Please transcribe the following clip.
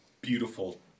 beautiful